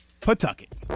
Pawtucket